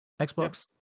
Xbox